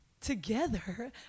together